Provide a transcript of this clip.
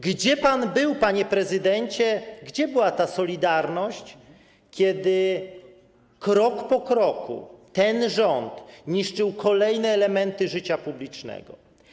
Gdzie pan był, panie prezydencie, gdzie była ta solidarność, kiedy krok po kroku ten rząd niszczył kolejne elementy życia publicznego?